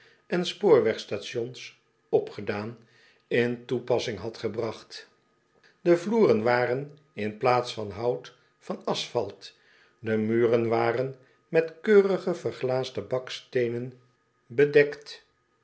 en spoorweg stations opgedaan in toepassing had gebracht de vloeren waren in plaats van hout van asphalt de muren waren met keurige verglaasde baksteenen bedekt